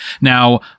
Now